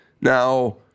Now